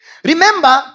Remember